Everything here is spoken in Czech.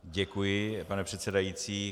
Děkuji, pane předsedající.